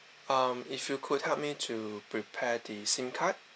um if you could help me to prepare the SIM card